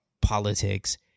politics